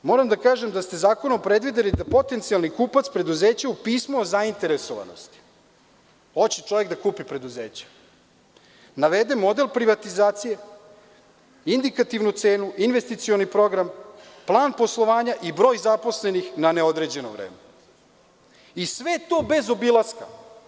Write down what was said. Moram da kažem da ste zakonom predvideli da potencijalni kupac u preduzeću u pismu o zainteresovanosti, hoće čovek da kupi preduzeće, navede model privatizacije, indikativnu cenu, investicioni program, plan poslovanja i broj zaposlenih, na neodređeno vreme, i sve to bez obilaska.